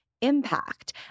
impact